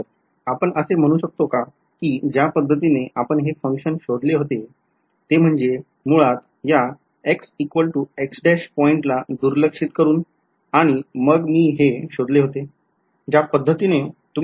आपण असे म्हणू शकतो का कि ज्या पद्धतीने आपण हे function शोधलं होते ते म्हणजे मुळात या पॉईंटला दुर्लक्षित करून आणि मग हे शोधले होते